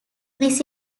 this